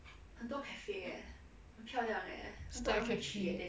start a cafe